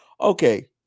okay